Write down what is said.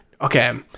Okay